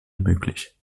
möglich